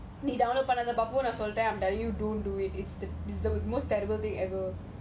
shit